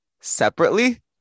separately